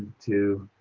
two